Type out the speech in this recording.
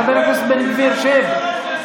חבר הכנסת בן גביר, שב.